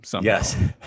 yes